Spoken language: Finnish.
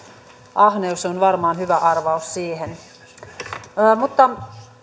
ahneus on varmaan hyvä arvaus siihen mutta